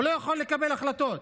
הוא לא יכול לקבל החלטות.